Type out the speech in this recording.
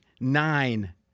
nine